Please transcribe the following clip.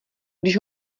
když